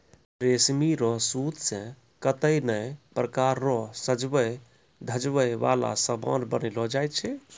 रेशमी रो सूत से कतै नै प्रकार रो सजवै धजवै वाला समान बनैलो जाय छै